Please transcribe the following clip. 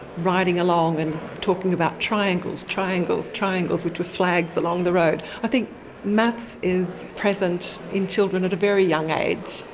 riding along and talking about triangles, triangles, triangles', which were flags along the road. i think maths is present in children at a very young age,